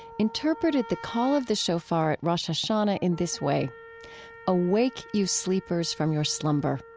interpreted the call of the shofar at rosh hashanah in this way awake, you sleepers, from your slumber.